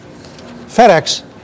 FedEx